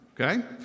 Okay